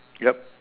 yup